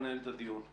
לנהל את הדיון.